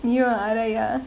you are aray~